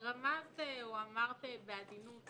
רמזת או אמרת בעדינות